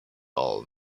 all